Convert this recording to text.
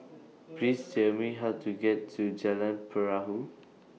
Please Tell Me How to get to Jalan Perahu